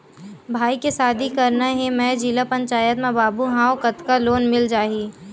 भाई के शादी करना हे मैं जिला पंचायत मा बाबू हाव कतका लोन मिल जाही?